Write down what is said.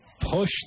Push